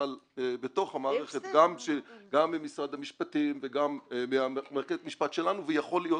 אבל בתוך המערכת גם ממשרד המשפטים וגם מרכזת משפט שלנו ויכול להיות